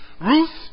Ruth